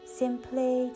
simply